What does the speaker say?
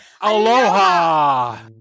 Aloha